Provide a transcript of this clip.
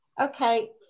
Okay